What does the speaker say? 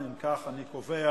אני קובע